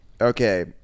okay